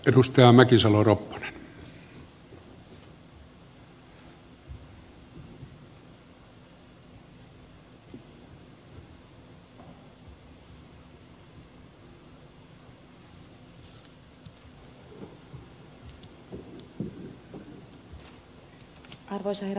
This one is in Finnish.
arvoisa herra puhemies